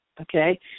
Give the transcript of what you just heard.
okay